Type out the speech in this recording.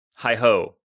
Hi-ho